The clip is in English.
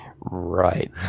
Right